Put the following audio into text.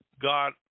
God